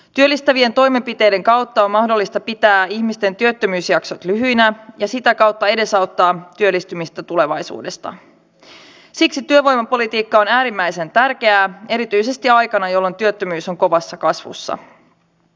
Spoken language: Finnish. työllistävien toimenpiteiden kautta mahdollista pitää on tehty vuosikymmenet ja se on ollut haasteena ja jo monet kerrat on lisätty täällä eduskunnassa sitten aina joulun aikana budjettiin